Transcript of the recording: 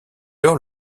lors